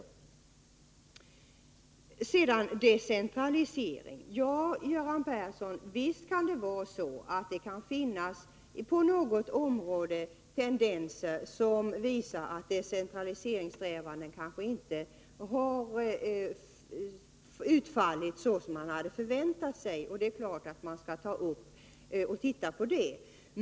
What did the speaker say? När det gäller decentralisering är det riktigt som Göran Persson säger att det på något område finns tendenser som visar att decentraliseringssträvandena kanske inte har utfallit så som man hade förväntat sig. Det är klart att man skall titta på det.